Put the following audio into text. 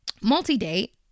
multi-date